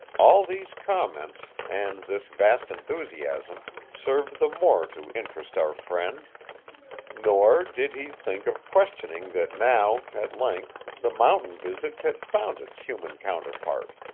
all these comments, and this vast enthusiasm, served the more to interest our friend nor did he think of questioning that now, at length, the mountain-visage had found its human counterpart.